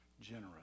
generous